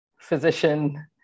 physician